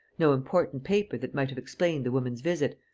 no important paper that might have explained the woman's visit,